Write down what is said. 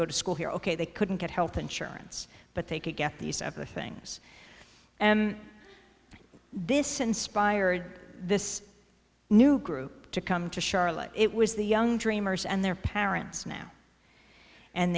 go to school here ok they couldn't get health insurance but they could get these of the things and this inspired this new group to come to charlotte it was the young dreamers and their parents now and